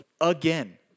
again